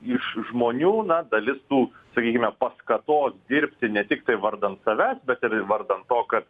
iš žmonių dalis tų sakykime paskatos dirbti ne tiktai vardan savęs bet ir vardan to kad